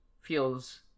feels